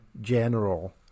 general